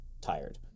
tired